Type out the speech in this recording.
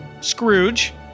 Scrooge